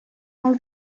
all